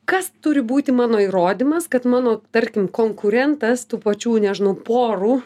kas turi būti mano įrodymas kad mano tarkim konkurentas tų pačių nežinau porų